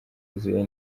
yuzuye